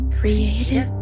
Creative